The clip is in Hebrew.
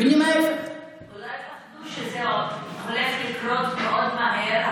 אולי פחדו שזה הולך לקרות מאוד מהר,